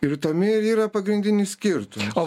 ir tame ir yra pagrindinis skirtumas